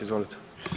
Izvolite.